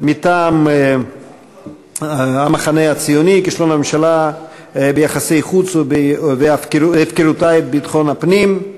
מטעם המחנה הציוני: כישלון הממשלה ביחסי חוץ והפקרתה את ביטחון הפנים.